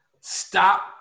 stop